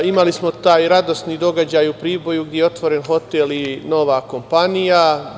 Imali smo taj radosni događaj u Priboju gde je otvoren hotel i nova kompanija.